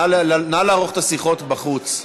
נא לערוך את השיחות בחוץ.